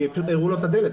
כי פשוט הראו לו את הדלת.